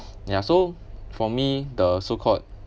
ya so for me the so called